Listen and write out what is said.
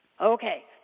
Okay